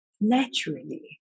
naturally